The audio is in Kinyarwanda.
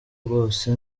rwose